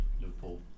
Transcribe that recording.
Liverpool